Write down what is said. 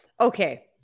Okay